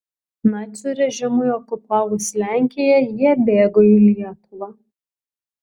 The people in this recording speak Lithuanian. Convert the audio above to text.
nacių režimui okupavus lenkiją jie bėgo į lietuvą